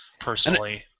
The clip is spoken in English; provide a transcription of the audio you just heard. personally